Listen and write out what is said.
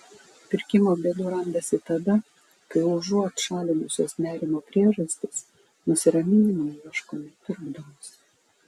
pirkimo bėdų randasi tada kai užuot šalinusios nerimo priežastis nusiraminimo ieškome pirkdamos